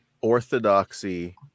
orthodoxy